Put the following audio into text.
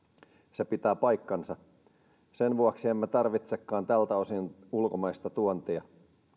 se pitää paikkansa sen vuoksi emme tarvitsekaan tältä osin ulkomaista tuontia